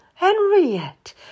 Henriette